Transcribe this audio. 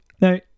no